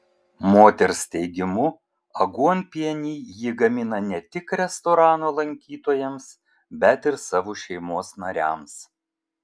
moters teigimu aguonpienį ji gamina ne tik restorano lankytojams bet ir savo šeimos nariams